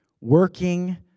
working